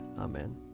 Amen